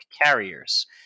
carriers